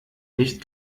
nicht